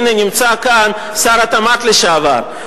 הנה נמצא כאן שר התמ"ת לשעבר.